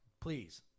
Please